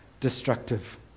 destructive